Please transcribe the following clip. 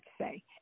say